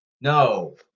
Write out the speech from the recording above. No